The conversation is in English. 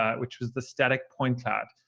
ah which was the static point cloud.